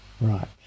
Right